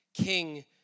king